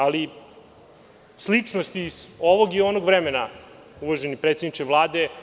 Ali, sličnosti iz ovog i onog vremena, uvaženi predsedniče Vlade, nema mnogo.